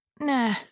Nah